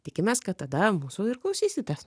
tikimės kad tada mūsų ir klausysitės